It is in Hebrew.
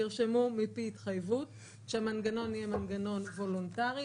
תרשמו התחייבות מפי, שהמנגנון יהיה וולנטרי.